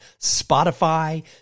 Spotify